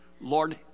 Lord